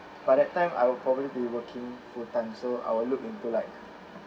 by that time I will probably be working full time so I will look into like